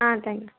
ah thank you